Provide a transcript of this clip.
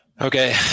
Okay